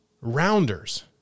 Rounders